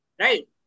right